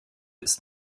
ist